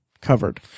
covered